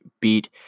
beat